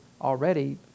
already